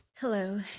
Hello